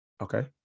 okay